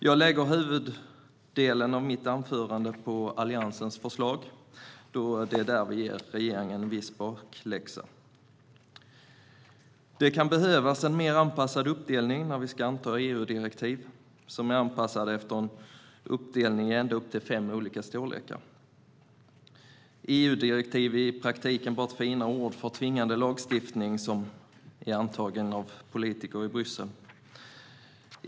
Jag lägger huvuddelen av mitt anförande på Alliansens förslag, då det är där vi ger regeringen en viss bakläxa. Det kan behövas en mer anpassad uppdelning när vi ska anta EU-direktiv som är anpassade efter en uppdelning i ända upp till fem olika storlekar. EU-direktiv är i praktiken bara ett finare ord för tvingande lagstiftning som är antagen av politiker i Bryssel.